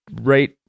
right